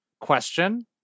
question